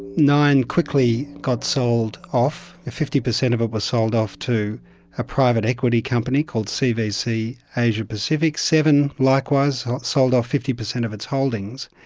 nine quickly got sold off, fifty percent of it was sold off to a private equity company called cvc asia pacific. seven likewise sold off fifty percent of its holdings.